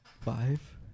Five